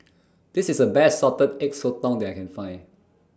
This IS The Best Salted Egg Sotong that I Can Find